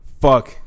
fuck